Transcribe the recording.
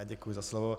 Já děkuji za slovo.